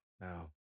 Now